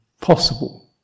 possible